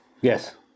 Yes